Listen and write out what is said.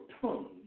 tongue